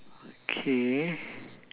K